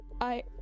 I-